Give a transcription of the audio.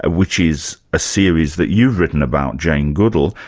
ah which is a series that you've written about, jane goodall,